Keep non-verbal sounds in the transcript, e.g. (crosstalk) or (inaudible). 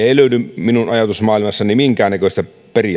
(unintelligible) ei löydy minun ajatusmaailmassani minkäännäköistä